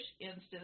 instance